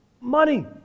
money